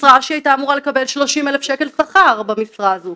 משרה שהיא הייתה אמורה לקבל 30,000 שכר במשרה הזו.